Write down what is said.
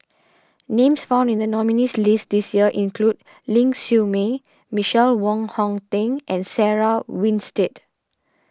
names found in the nominees' list this year include Ling Siew May Michael Wong Hong Teng and Sarah Winstedt